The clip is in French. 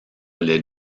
les